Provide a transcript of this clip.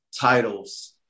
titles